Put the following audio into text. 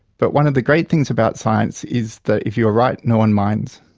but one of the great things about science is that if you're right no one minds!